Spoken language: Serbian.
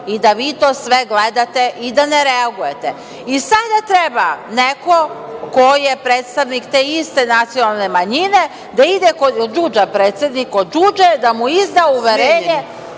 i da vi to sve gledate i da ne reagujete. I sada treba neko ko je predstavnik te iste nacionalne manjine da ide kod DŽudže predsedniku DŽudže da mu izda uverenje